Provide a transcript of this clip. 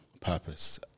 purpose